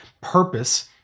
purpose